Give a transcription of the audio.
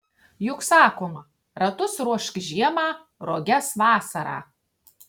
juk sakoma ratus ruošk žiemą roges vasarą